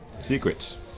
secrets